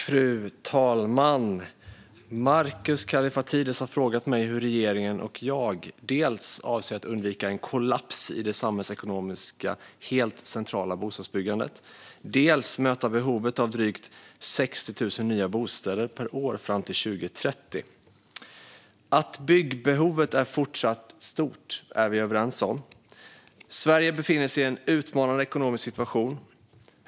Fru talman! Markus Kallifatides har frågat mig hur regeringen och jag dels avser att undvika en kollaps i det samhällsekonomiskt helt centrala bostadsbyggandet, dels möta behovet av drygt 60 000 nya bostäder per år fram till 2030. Att byggbehovet är fortsatt stort är vi överens om. Sverige befinner sig i en utmanande ekonomisk situation.